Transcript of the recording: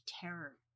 Terror